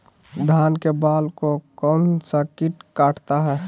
धान के बाल को कौन सा किट काटता है?